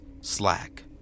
slack